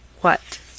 What